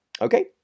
okay